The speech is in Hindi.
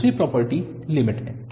दूसरी प्रॉपर्टी लिमिट है